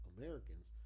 Americans